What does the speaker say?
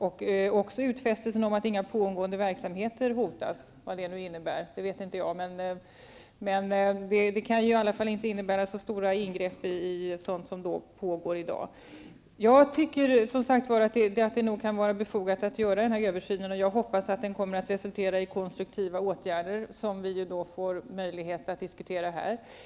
Också utfästelsen om att inga pågående verksamheter hotas -- vad det nu innebär, det vet inte jag -- kan ju inte innebära så stora ingrepp i sådant som pågår i dag. Jag tycker att det nog kan vara befogat att göra denna översyn, och jag hoppas att den kommer att resultera i konstruktiva åtgärder som vi får möjlighet att diskutera här.